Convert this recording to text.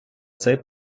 цей